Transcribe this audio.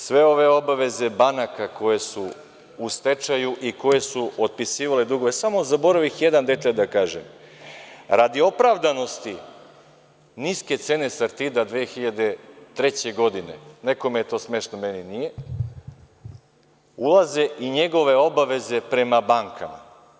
Sve ove obaveze banaka koje su u stečaju i koje su otpisivale dugove, samo zaboravih jedan detalj da kažem, radi opravdanosti niske cene „Sartida“ 2003. godine, nekom je to smešno meni nije, ulaze i njegove obaveze prema bankama.